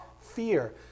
Fear